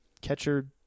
catcher